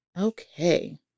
okay